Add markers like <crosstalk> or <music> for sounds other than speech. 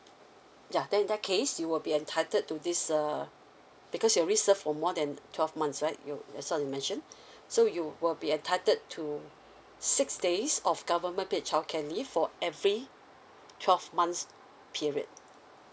yeah then in that case you will be entitled to this uh because you already serve for more than twelve months right you that's what you mentioned <breath> so you will be entitled to six days of government pay childcare leave for every twelve months period